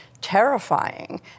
terrifying